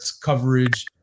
coverage